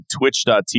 twitch.tv